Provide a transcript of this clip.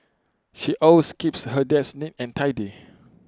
she always keeps her desk neat and tidy